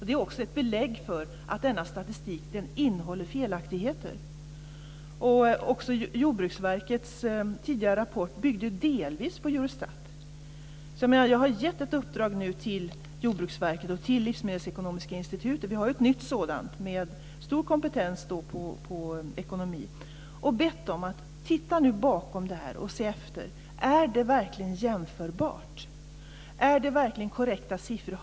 Det är också ett belägg för att denna statistik innehåller felaktigheter. Också Jordbruksverkets tidigare rapport byggde delvis på uppgifter från Eurostat. Jag har gett ett uppdrag till Jordbruksverket och till Livsmedelsekonomiska institutet - vi har ju ett nytt sådant med stor kompetens när det gäller ekonomi - och bett dem att titta bakom dessa siffror och se efter. Är det verkligen jämförbart? Är det verkligen korrekta siffror?